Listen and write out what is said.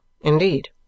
indeed